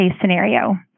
scenario